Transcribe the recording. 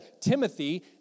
Timothy